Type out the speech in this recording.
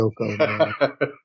Yoko